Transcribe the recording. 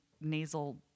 nasal